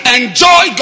enjoy